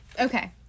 Okay